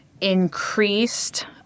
increased